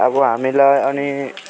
अब हामीलाई अनि